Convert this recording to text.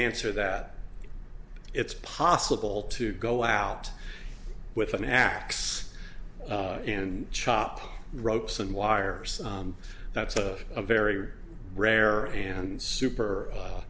answer that it's possible to go out with an axe and chop ropes and wires that's a very rare and super